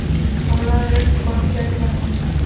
Online ऋण चुकौती कैसे करें?